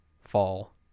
fall